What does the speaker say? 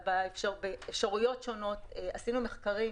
עשינו מחקרים,